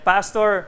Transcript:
Pastor